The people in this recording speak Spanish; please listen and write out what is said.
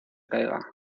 caiga